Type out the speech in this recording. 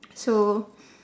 so